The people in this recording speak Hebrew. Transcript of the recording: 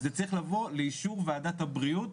זה צריך לבוא לאישור ועדת הבריאות,